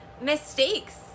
mistakes